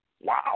wow